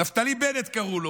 נפתלי בנט קראו לו.